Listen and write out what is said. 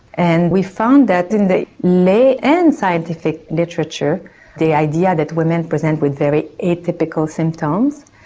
and we found that in the lay and scientific literature the idea that women present with very atypical symptoms,